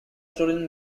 stolen